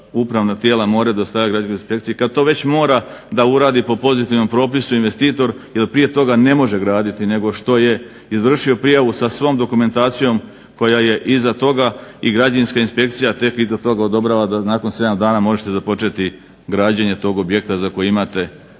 upravna tijela moraju dostavljati Građevinskoj inspekciji, kad to već mora da uradi po pozitivnom propisu investitor jer prije toga ne može graditi nego što je izvršio prijavu sa svom dokumentacijom koja je iza toga. I Građevinska inspekcija tek iza toga odobrava da nakon 7 dana možete započeti građenje tog objekata za koji imate na neki